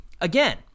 Again